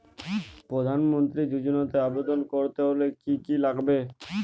প্রধান মন্ত্রী যোজনাতে আবেদন করতে হলে কি কী লাগবে?